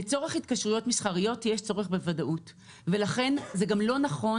לצורך התקשרויות מסחריות יש צורך בוודאות ולכן זה גם לא נכון